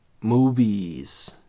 Movies